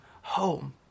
home